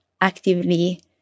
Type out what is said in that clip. actively